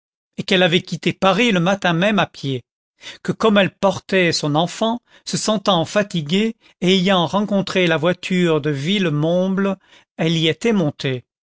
pays qu'elle avait quitté paris le matin même à pied que comme elle portait son enfant se sentant fatiguée et ayant rencontré la voiture de villemomble elle y était montée